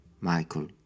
Michael